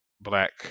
Black